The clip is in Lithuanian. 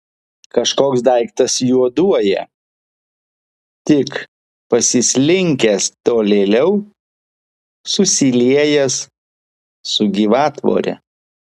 kažkoks daiktas juoduoja tik pasislinkęs tolėliau susiliejęs su gyvatvore